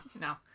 No